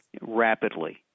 rapidly